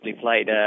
played